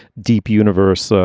deep universe ah